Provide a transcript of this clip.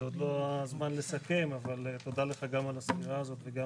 זה עוד לא הזמן לסכם, אבל תודה לך על השנים האלה.